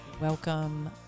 Welcome